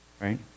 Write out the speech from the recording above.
right